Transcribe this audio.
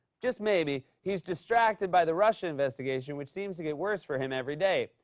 just maybe, he's distracted by the russian investigation, which seems to get worse for him every day.